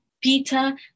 Peter